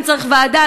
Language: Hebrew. אם צריך ועדה,